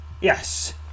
Yes